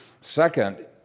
Second